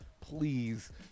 please